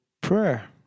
Prayer